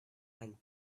and